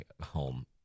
home